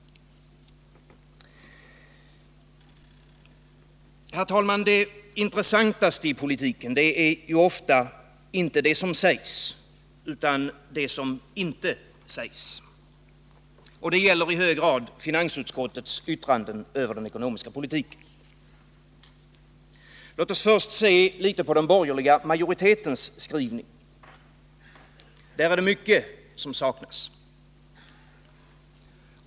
Herr talman! Det intressantaste i politiken är ofta inte det som sägs utan det som inte sägs. Detta gäller i hög grad finansutskottets yttranden över den ekonomiska politiken. Låt oss först se litet på den borgerliga majoritetens skrivning. Där är det mycket som saknas.